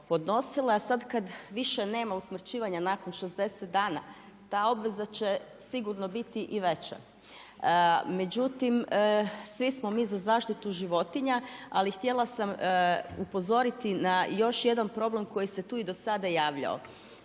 podnosile. A sada kada više nema usmrćivanja nakon 60 dana ta obveza će sigurno biti i veća. Međutim, svi smo mi za zaštitu životinja ali htjela sam upozoriti na još jedan problem koji se tu i do sada javljao.